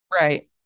right